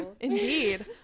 Indeed